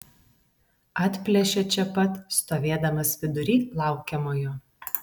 atplėšia čia pat stovėdamas vidury laukiamojo